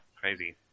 crazy